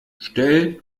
stell